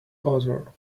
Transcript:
odor